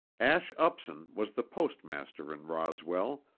ash upson was the postmaster in roswell,